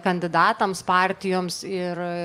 kandidatams partijoms ir